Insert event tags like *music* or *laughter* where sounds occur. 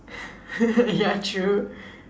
*laughs* ya true